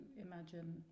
imagine